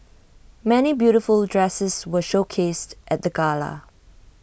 many beautiful dresses were showcased at the gala